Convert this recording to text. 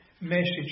message